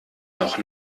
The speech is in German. noch